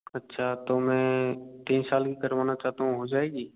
अच्छा तो मैं तीन साल की करवाना चाहता हूँ हो जाएगी